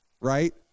right